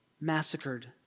massacred